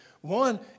One